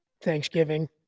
Thanksgiving